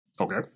Okay